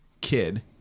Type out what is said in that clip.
kid